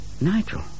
Nigel